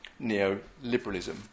neoliberalism